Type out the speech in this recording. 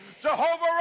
Jehovah